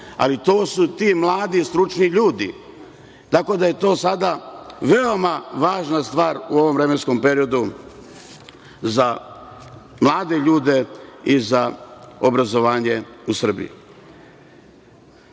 ali to su ti mladi stručni ljudi. Tako da, to je sada veoma važna stvar u ovom vremenskom periodu za mlade ljude i za obrazovanje u Srbiji. Raduje